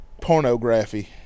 pornography